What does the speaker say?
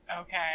Okay